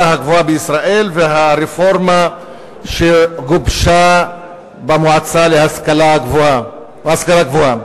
הגבוהה בישראל והרפורמה שגובשה במועצה להשכלה גבוהה.